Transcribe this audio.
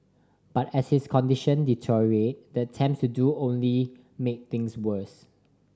but as his condition deteriorated the attempts to do only made things worse